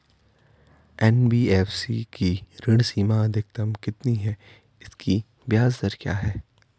NBFC की ऋण सीमा अधिकतम कितनी है इसकी ब्याज दर क्या है?